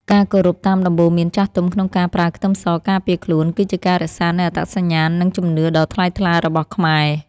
ការគោរពតាមដំបូន្មានចាស់ទុំក្នុងការប្រើខ្ទឹមសការពារខ្លួនគឺជាការរក្សានូវអត្តសញ្ញាណនិងជំនឿដ៏ថ្លៃថ្លារបស់ខ្មែរ។